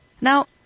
Now